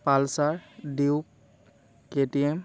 Pulsar Duke KTM